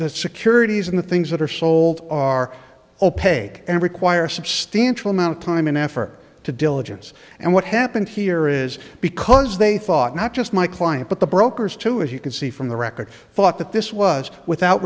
the securities and the things that are sold are opaque and require substantial amount of time and effort to diligence and what happened here is because they thought not just my client but the brokers too as you can see from the record thought that this was without